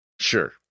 Sure